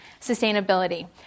sustainability